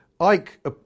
Ike